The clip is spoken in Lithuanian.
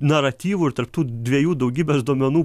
naratyvų ir tarp tų dviejų daugybės duomenų